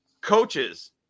Coaches